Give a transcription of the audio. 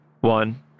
One